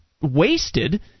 wasted